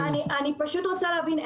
אני פוט רוצה להבין,